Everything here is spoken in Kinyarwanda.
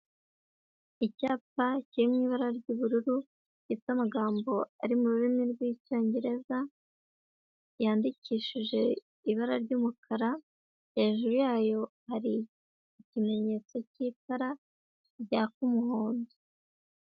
Icyapa kiri mu ibara ry'ubururu gifite amagambo ari mu rurimi rw'Icyongereza, yandikishije ibara ry'umukara, hejuru yayo hari ikimenyetso cy'itara ryaka umuhondo.